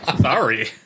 Sorry